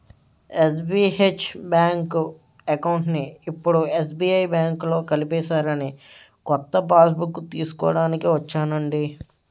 SBH bank అకౌంట్ని ఇప్పుడు SBI బాంకులో కలిపేసారని కొత్త పాస్బుక్కు తీస్కోడానికి ఒచ్చానండి